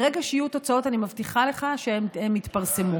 ברגע שיהיו תוצאות, אני מבטיחה לך שהן יתפרסמו.